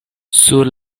sur